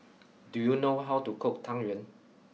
do you know how to cook Tang Yuan